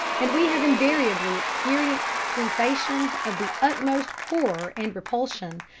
and we have invariably experienced sensations of the utmost horror and repulsion,